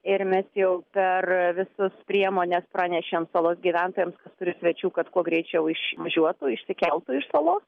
ir mes jau per visus priemones pranešėm salos gyventojams kas turi svečių kad kuo greičiau išvažiuotų išsikeltų iš salos